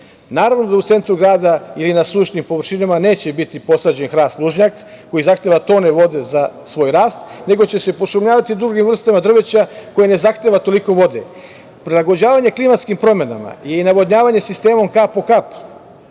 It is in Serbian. da u centru grada ili na sušnim površinama neće biti posađen hrast lužnjak, koji zahteva tone vode za svoj rast, nego će se pošumljavati drugim vrstama drveća, koje ne zahteva toliko vode. Prilagođavanje klimatskim promenama i navodnjavanje sistemom kap po